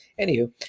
anywho